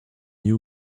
new